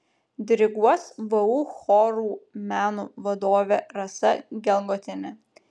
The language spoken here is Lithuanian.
diriguos vu chorų meno vadovė rasa gelgotienė